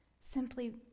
Simply